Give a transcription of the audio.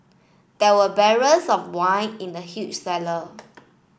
there were barrels of wine in the huge cellar